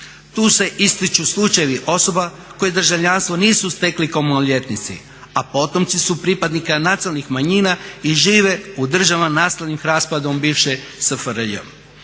Tu se ističu slučajevi osoba koje državljanstvo nisu stekli kao maloljetnici, a potomci su pripadnika nacionalnih manjina i žive u državama nastalih raspadom bivše SFRJ.